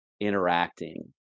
interacting